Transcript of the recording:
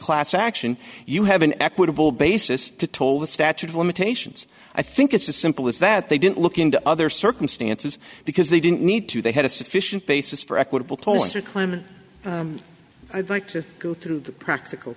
class action you have an equitable basis to toll the statute of limitations i think it's as simple as that they didn't look into other circumstances because they didn't need to they had a sufficient basis for equitable toaster climbed i think to go through practical